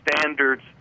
standards